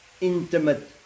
Intimate